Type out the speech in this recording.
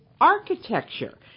architecture